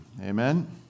Amen